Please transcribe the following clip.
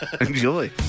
Enjoy